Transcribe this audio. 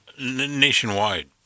nationwide